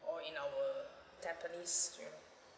or in our tampines you know